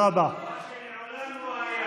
מה שמעולם לא היה.